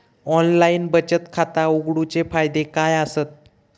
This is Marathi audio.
ऑनलाइन बचत खाता उघडूचे फायदे काय आसत?